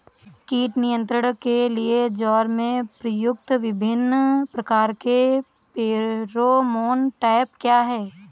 कीट नियंत्रण के लिए ज्वार में प्रयुक्त विभिन्न प्रकार के फेरोमोन ट्रैप क्या है?